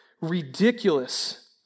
ridiculous